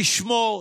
לשמור,